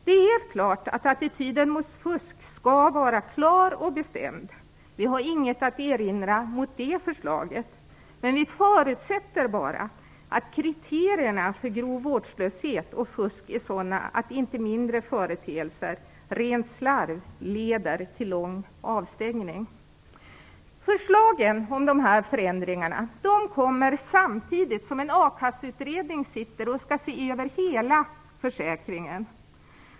Det är helt klart att attityden mot fusk skall vara klar och bestämd. Vi har inget att erinra mot det förslaget, men vi förutsätter bara att kriterierna för grov vårdslöshet och fusk är sådana att inte mindre företeelser, rent slarv, leder till lång avstängning. Förslagen om de här förändringarna kommer samtidigt som en a-kasseutredning sitter och skall se över hela försäkringen.